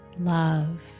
love